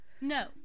no